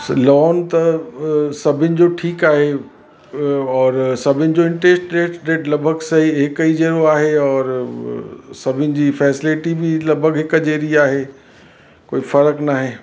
loan त सभिनी जो ठीकु आहे और सभिनी जो इंट्रेस्ट रेट रेट लॻभॻि सही हिक ई जहिड़ो आहे और सभिनी जी फ़ेसिलिटी बि लॻभॻि हिकु जहिड़ी आहे कोई फ़र्क़ु नाहे